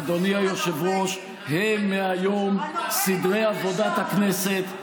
אדוני היושב-ראש, הם מהיום סדרי עבודת הכנסת.